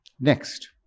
Next